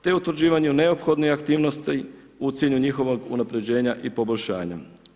Te utvrđivanja u neophodne aktivnosti u cilju njihovog unaprijeđena i poboljšanja.